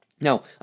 Now